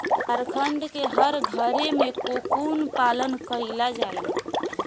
झारखण्ड के हर घरे में कोकून पालन कईला जाला